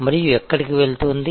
మరియు ఎక్కడికి వెళుతోంది